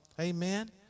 Amen